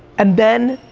and then,